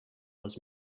was